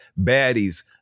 baddies